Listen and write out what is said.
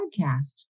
podcast